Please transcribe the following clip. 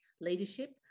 leadership